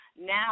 now